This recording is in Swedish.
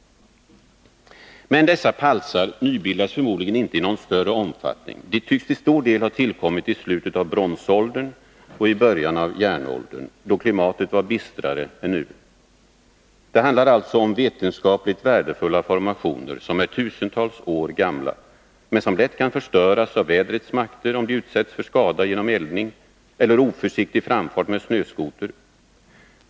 Men dessa palsar nybildas förmodligen inte i någon större omfattning. De tycks till stor del ha tillkommit i slutet av bronsåldern och i början av järnåldern, då klimatet var bistrare än nu. Det handlar alltså om vetenskapligt värdefulla formationer som är tusentals år gamla, men som lätt kan förstöras av vädrets makter, om de utsätts för skada genom eldning eller oförsiktig framfart med snöskoter.